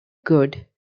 good